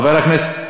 חבר הכנסת